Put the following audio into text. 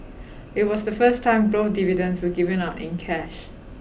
it was the first time growth dividends were given out in cash